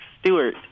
Stewart